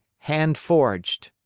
hand-forged.